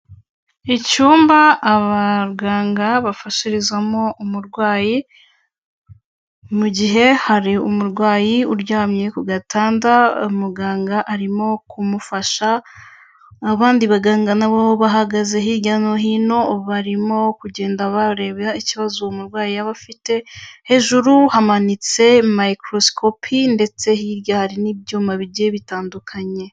Icyumba abaganga bafashirizamo umurwayi, mu gihe hari umurwayi uryamye ku gatanda muganga arimo kumufasha, abandi baganga na bo bahagaze hirya no hino barimo kugenda barebera ikibazo uwo murwayi yaba afite, hejuru hamanitse microscopy ndetse hirya hari n'ibyuma bigiye bitandukanye.